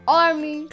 army